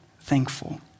thankful